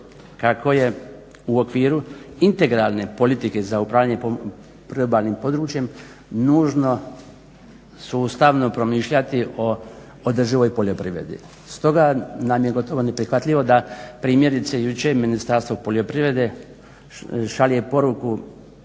kako je u okviru integralne politike za upravljanje priobalnim područjem nužno sustavno promišljati o održivoj poljoprivredi. Stoga nam je gotovo neprihvatljivo da, primjerice jučer Ministarstvo poljoprivrede šalje poruku